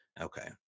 okay